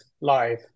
live